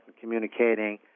communicating